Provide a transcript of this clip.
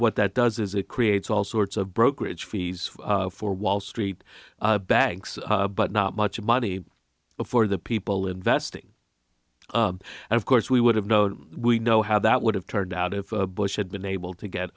what that does is it creates all sorts of brokerage fees for wall street banks but not much money for the people investing and of course we would have known we know how that would have turned out of bush had been able to get